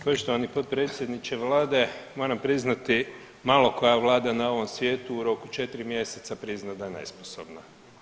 Poštovani potpredsjedniče Vlade, moram priznati, malo koja Vlada na ovom svijetu u roku 4 mjeseca prizna da je nesposobna.